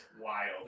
wild